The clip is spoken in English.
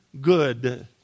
Good